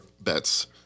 bets